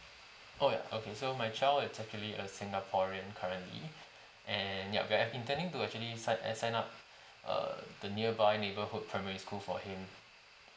oh ya okay so my child is actually a singaporean currently and yup we are intending to actually sign eh sign up err the nearby neighbourhood primary school for him